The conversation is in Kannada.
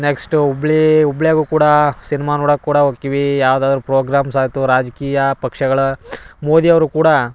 ನೆಕ್ಸ್ಟು ಹುಬ್ಳಿ ಹುಬ್ಳ್ಯಾಗು ಕೂಡ ಸಿನಿಮಾ ನೋಡಕ್ಕೆ ಕೂಡ ಹೋಕ್ಕಿವಿ ಯಾವ್ದಾದರು ಪ್ರೋಗ್ರಾಮ್ಸ್ ಆತು ರಾಜಕೀಯ ಪಕ್ಷಗಳ ಮೋದಿಯವರು ಕೂಡ